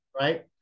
right